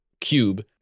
cube